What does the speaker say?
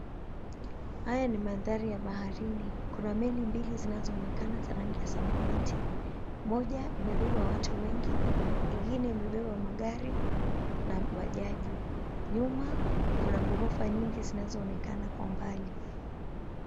Haya ni maandhari ya bahari, kuna meli mbili zinazoonekana za rangi ya samawati, moja imebeba watu wengi, ingine imebeba magari na bajaji, nyuma kuna ghorofa nyingi zinazoonekana lwa mbali.